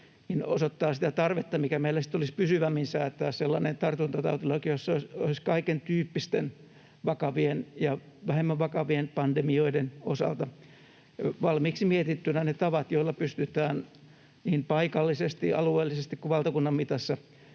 osoittaa tarvetta sille, että meillä sitten tulisi pysyvämmin säätää sellainen tartuntatautilaki, jossa olisi kaikentyyppisten vakavien ja vähemmän vakavien pandemioiden osalta valmiiksi mietittynä ne tavat, joilla pystytään niin paikallisesti, alueellisesti kuin valtakunnan mitassa